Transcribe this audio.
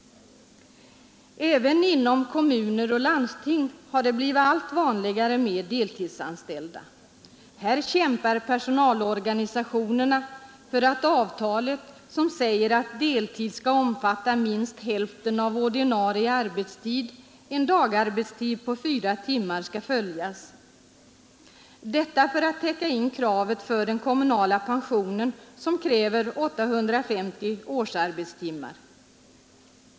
Även inom kommuner och landsting har det blivit allt vanligare med deltidsanställda. Här kämpar personalorganisationerna för att avtalet — som säger att deltid skall omfatta minst hälften av ordinarie arbetstid, en dagarbetstid på fyra timmar — skall följas, detta för att täcka in kravet för den kommunala pensionen, dvs. 850 årsarbetstimmar.